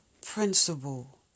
principle